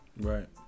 Right